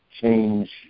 change